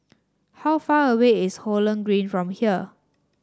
how far away is Holland Green from here